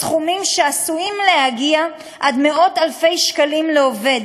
בסכומים שעשויים להגיע עד מאות-אלפי שקלים לעובד.